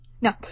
No